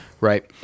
right